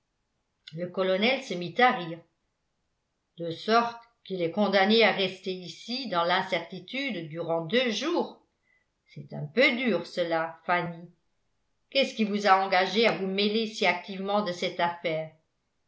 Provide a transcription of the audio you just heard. le colonel se mit à rire de sorte qu'il est condamné à rester ici dans l'incertitude durant deux jours c'est un peu dur cela fanny qu'est-ce qui vous a engagée à vous mêler si activement de cette affaire